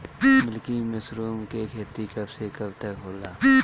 Milky mushroom के खेती कब से कब तक होला?